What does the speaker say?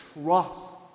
trust